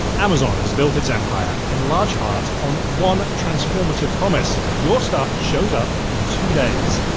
amazon has built its empire, in large part, on one transformative promise your stuff shows up in two days.